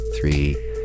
Three